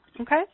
Okay